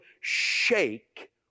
shake